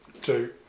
two